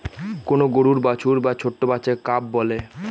কোন গরুর বাছুর বা ছোট্ট বাচ্চাকে কাফ বলে